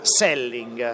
selling